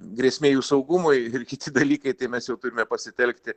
grėsmė jų saugumui ir kiti dalykai tai mes jau turime pasitelkti